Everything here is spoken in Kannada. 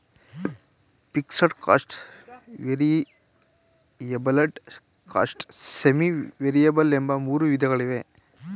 fixed cost, variable cost, semi variable ಎಂಬ ಮೂರು ವಿಧಗಳಿವೆ